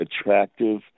attractive